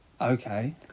Okay